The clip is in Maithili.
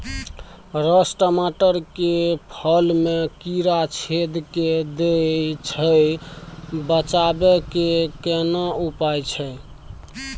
सर टमाटर के फल में कीरा छेद के दैय छैय बचाबै के केना उपाय छैय?